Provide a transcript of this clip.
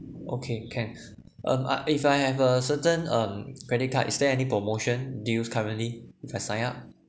okay can um ah if I have a certain um credit card is there any promotion deals currently if I sign up